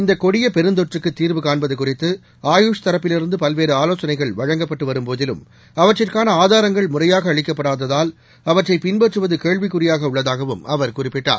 இந்தகொடியபெருந்தொற்றுக்குதீர்வு காண்பதுகுறித்து ஆயுஷ் தரப்பிலிருந்துபல்வேறுஆலோசனைகள் வழங்கப்பட்டுவரும் போதிலும் அவற்றுக்கானஆதாரங்கள் அவற்றைபின்பற்றுவதகேள்விக்குறியாகஉள்ளதாகவும் அவர் குறிப்பிட்டார்